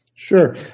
Sure